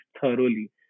thoroughly